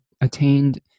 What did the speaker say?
attained